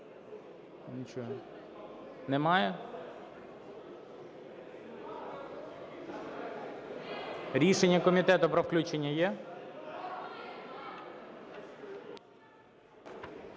Немає? Рішення комітету про включення є?